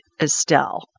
Estelle